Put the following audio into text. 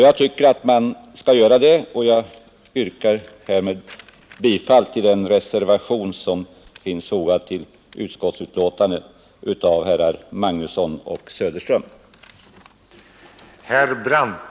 Jag tycker att man skall göra det, och jag yrkar härmed bifall till den reservation av herrar Magnusson i Borås och Söderström som finns fogad till utskottsbetänkandet.